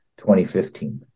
2015